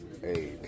Hey